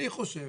אני חושב